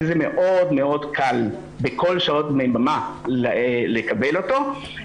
שזה מאוד קל בכל שעות היממה לקבל אותו,